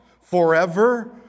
forever